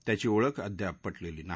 त्याची ओळख अद्याप पटलली नाही